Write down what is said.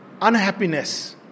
Unhappiness